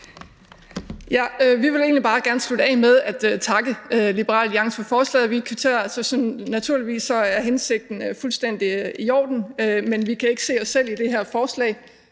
Vi vil egentlig bare gerne slutte af med at takke Liberal Alliance for forslaget. Vi kvitterer; naturligvis er hensigten fuldstændig i orden, men vi kan ikke se os selv i det her forslag,